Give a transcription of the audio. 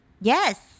Yes